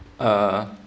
uh